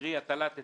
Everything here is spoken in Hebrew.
קרי הטלת היטל,